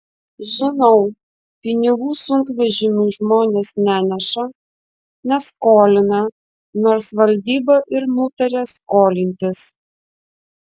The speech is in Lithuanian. žinau pinigų sunkvežimiui žmonės neneša neskolina nors valdyba ir nutarė skolintis